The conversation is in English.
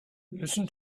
listen